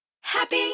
Happy